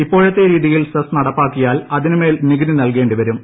ഇപ്പോഴത്തെ രീതിയിൽ സെസ് നടപ്പാക്കിയാൽ അതിനുമേൽ നികുതി നൽകേണ്ടി വരും